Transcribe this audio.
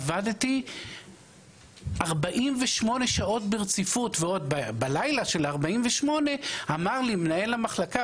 עבדתי 48 שעות ברציפות ועוד בלילה של ה-48 אמר לי מנהל המחלקה,